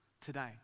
today